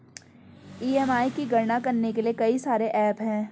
EMI की गणना करने के लिए कई सारे एप्प हैं